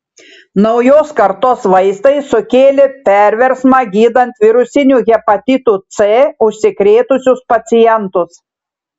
naujos kartos vaistai sukėlė perversmą gydant virusiniu hepatitu c užsikrėtusius pacientus